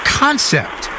concept